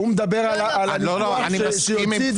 אני רוצה לענות